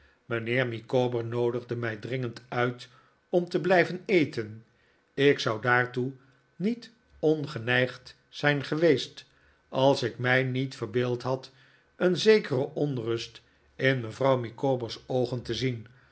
mijnheer micawber noodigde mij dringerid uit om te blijven eten ik zou daartoe niet ongeneigd zijn geweest als ik mij niet verbeeld had een zekere onrust in mevrouw micawber s oogen te zien